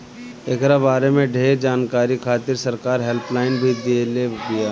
एकरा बारे में ढेर जानकारी खातिर सरकार हेल्पलाइन भी देले बिया